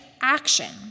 action